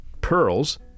pearls